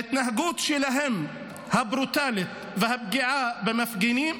ההתנהגות הברוטלית שלהם, והפגיעה במפגינים,